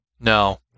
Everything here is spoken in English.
No